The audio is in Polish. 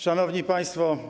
Szanowni Państwo!